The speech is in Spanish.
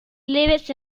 leves